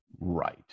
right